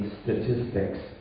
statistics